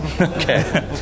Okay